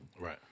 Right